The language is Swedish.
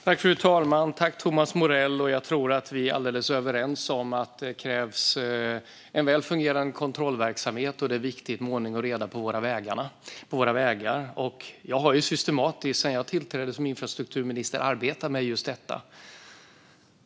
Fru talman! Jag tackar Thomas Morell, och jag tror att vi är alldeles överens om att det krävs en väl fungerande kontrollverksamhet och att det är viktigt med ordning och reda på våra vägar. Jag har systematiskt sedan jag tillträdde som infrastrukturminister arbetat med just detta.